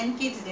this is